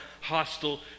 hostile